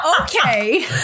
okay